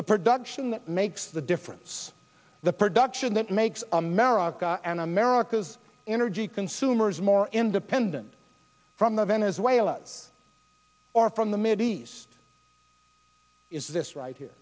the production that makes the difference the production that makes america and america's energy consumers more independent from the venezuela or from the middies is this right here